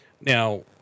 Now